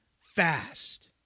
fast